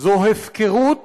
זה הפקרות